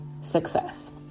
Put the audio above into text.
success